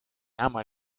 ama